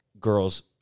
girls